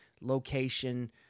location